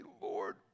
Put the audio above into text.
Lord